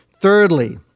Thirdly